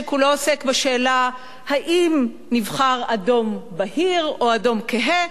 שכולו עוסק בשאלה האם נבחר אדום בהיר או אדום כהה,